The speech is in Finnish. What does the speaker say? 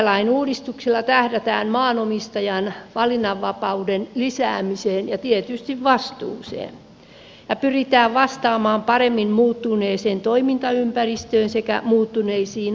metsälain uudistuksella tähdätään maanomistajan valinnanvapauden lisäämiseen ja tietysti vastuuseen ja pyritään vastaamaan paremmin muuttuneeseen toimintaympäristöön sekä muuttuneisiin arvoihin